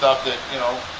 that, you know,